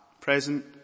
present